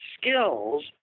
skills